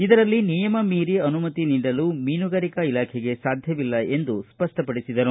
ಇದರಲ್ಲಿ ನಿಯಮ ಮೀರಿ ಅನುಮತಿ ನೀಡಲು ಮೀನುಗಾರಿಕಾ ಇಲಾಖೆಗೆ ಸಾಧ್ವವಿಲ್ಲ ಎಂದು ಸ್ಪಷ್ಟಪಡಿಸಿದರು